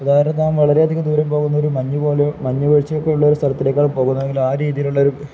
ഉദാഹരണത്തിനു നാം വളരെയധികം ദൂരം പോകുന്ന ഒരു മഞ്ഞു പോലെ മഞ്ഞുവീഴ്ചയൊക്കെയുള്ള ഒരു സ്ഥലത്തുകൂടിയാണു പോകുന്നതെങ്കിൽ ആ രീതിയിലുള്ളൊരു